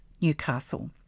Newcastle